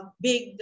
Big